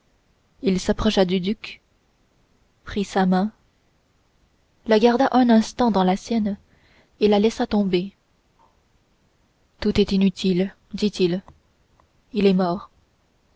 il s'approcha du duc prit sa main la garda un instant dans la sienne et la laissa retomber tout est inutile dit-il il est mort